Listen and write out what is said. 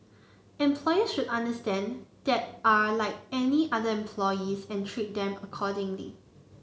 employers should understand that are like any other employees and treat them accordingly